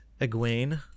Egwene